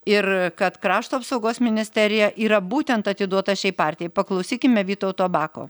ir kad krašto apsaugos ministerija yra būtent atiduota šiai partijai paklausykime vytauto bako